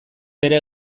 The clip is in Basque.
bere